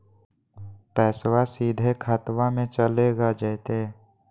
पैसाबा सीधे खतबा मे चलेगा जयते?